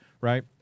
right